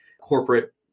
corporate